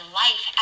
life